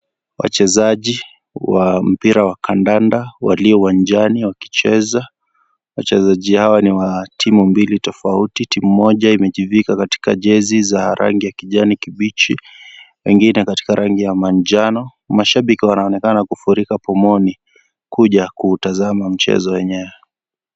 Wachezaji wa mpira wa kandanda walio uwanjani wakicheza wachezaji hawa ni wa timu mbili tofauti timu moja imejivika katika jezi za rangi ya kijani kibichi wengine katika rangi ya manjano mashabik wanaonekana kufurika pomoni kuja kuutazama mchezo wenyewe.